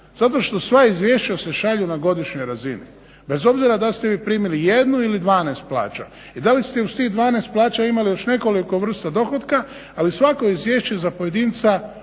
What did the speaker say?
zato što sva izvješća se šalju na godišnjoj razini, bez obzira dal ste vi primili 1 ili 12 plaću i da li ste uz tih 12 plaća imali još nekoliko vrsta dohotka ali svako izvješće za pojedinca,